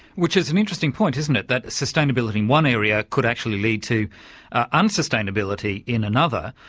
which is an interesting point, isn't it, that sustainability in one area could actually lead to ah unsustainability in another.